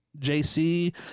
JC